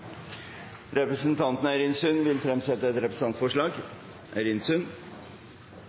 Representanten Eirin Sund vil fremsette et representantforslag.